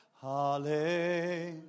Hallelujah